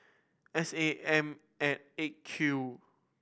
S A M at Eight Q